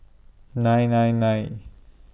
nine nine nine